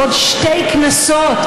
עוד שתי כנסות,